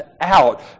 out